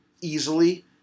easily